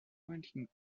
wanted